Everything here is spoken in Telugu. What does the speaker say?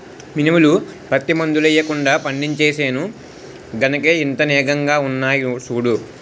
మినుములు, పత్తి మందులెయ్యకుండా పండించేను గనకే ఇంత నానెంగా ఉన్నాయ్ సూడూ